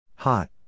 Hot